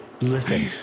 listen